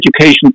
education